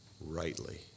rightly